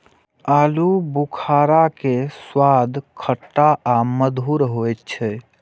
आलू बुखारा के स्वाद खट्टा आ मधुर होइ छै